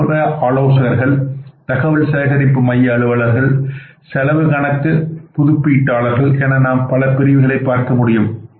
வெளிப்புற ஆலோசகர்கள் தகவல் சேகரிப்பு மைய அலுவலர்கள் செலவு கணக்கு புதுப்பீட்டாலர்கள் என நாம் பல பிரிவுகளை பார்க்க முடியும்